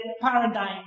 paradigm